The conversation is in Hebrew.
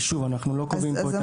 שוב, אנחנו לא קובעים פה.